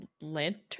lantern